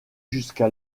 jusqu’à